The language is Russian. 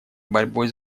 борьбой